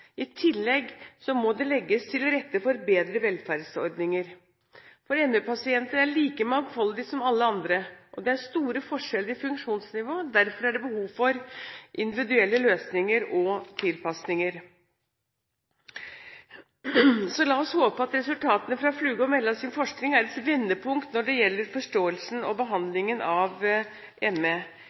I tillegg må det legges til rette for bedre velferdsordninger. ME-pasienter er like mangfoldige som alle andre, og det er store forskjeller i funksjonsnivå. Derfor er det behov for individuelle løsninger og tilpasninger. La oss håpe at resultatene fra Fluge og Mellas forskning er et vendepunkt når det gjelder forståelsen og behandlingen av